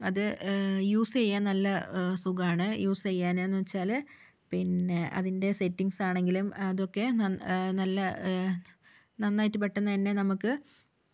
അത് യൂസ് ചെയ്യാൻ നല്ല സുഖമാണ് യൂസ് ചെയ്യാന് എന്ന് വച്ചാല് പിന്നെ അതിൻ്റെ സെറ്റിംഗ്സ് ആണെങ്കിലും അതൊക്കെ നല്ല നന്നായിട്ട് പെട്ടന്ന് തന്നെ നമുക്ക്